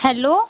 hello